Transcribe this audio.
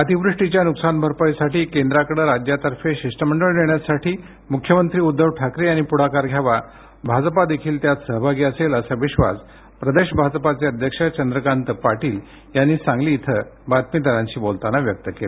अतिवृष्टीच्या नुकसान भरपाईसाठी केंद्राकडे राज्यातर्फे शिष्टमंडळ नेण्यासाठी मुख्यमंत्री उद्दव ठाकरे यांनी पुढाकार घ्यावा भाजपा देखील त्यात सहभागी असेल असा विश्वास प्रदेश भाजपचे अध्यक्ष चंद्रकांत पाटील यांनी सांगली इथं बातमीदारांशा बोलताना व्यक्त केला